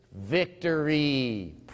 victory